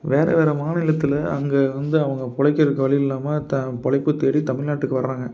வேறு வேறு மாநிலத்தில் அங்கே வந்து அவங்க பிழைக்கிறதுக்கு வழி இல்லாமல் பிழைப்பத்தேடி தமிழ்நாட்டுக்கு வர்றாங்க